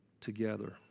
together